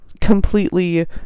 completely